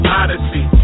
odyssey